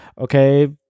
okay